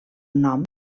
nom